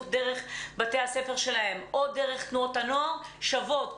דרך בתי הספר שלהם או דרך תנועות הנוער שוות.